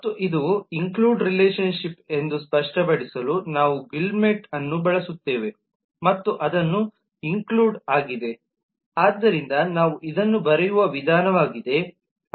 ಮತ್ತು ಇದು include relationship ಎಂದು ಸ್ಪಷ್ಟಪಡಿಸಲು ನಾವು ಗುಲಿಮೆಟ್ ಅನ್ನು ಬಳಸುತ್ತೇವೆ ಮತ್ತು ಅದನ್ನು ಇನ್ಕ್ಲ್ಯೂಡ್ ಆಗಿದೆ ಆದ್ದರಿಂದ ನಾವು ಇದನ್ನು ಬರೆಯುವ ವಿಧಾನವಾಗಿದೆ